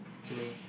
actually